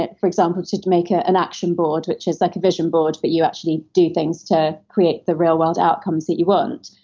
for example, to to make ah an action board, which is like a vision board but you actually do things to create the real world outcomes that you want.